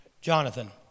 Jonathan